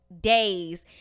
days